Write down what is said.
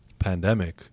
pandemic